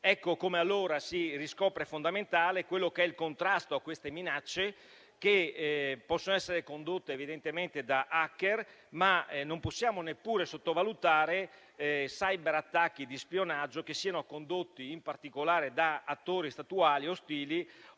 sanitario. Si riscopre dunque fondamentale il contrasto a queste minacce che possono essere condotte evidentemente da *hacker*. Ma non possiamo neppure sottovalutare cyberattacchi di spionaggio che siano condotti in particolare da attori statuali ostili